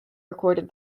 recorded